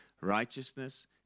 Righteousness